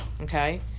okay